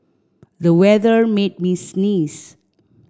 the weather made me sneeze